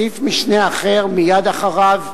סעיף משנה אחר, מייד אחריו,